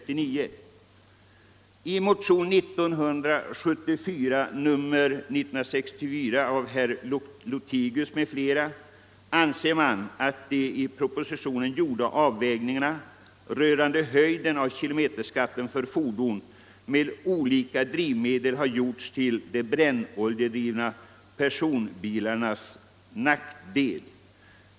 I motionen 1964 av herr Lothigius m.fl. anser man att de i propositionen företagna avvägningarna rörande höjden av kilometerskatten för fordon med olika drivmedel har gjorts till de brännoljedrivna personbilarnas nackdel.